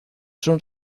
son